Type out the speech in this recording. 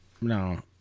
no